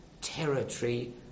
territory